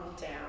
down